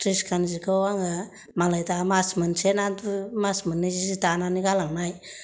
ट्रिसखान जिखौ आङो मालाय दा मास मोनसे ना मास मोननै जि दानानै गालांनाय